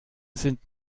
sind